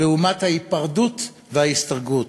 לעומת ההיפרדות וההסתגרות,